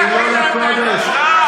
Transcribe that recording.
חילול הקודש.